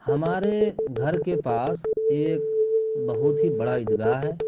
ہمارے گھر کے پاس ایک بہت ہی بڑا عیدگاہ ہے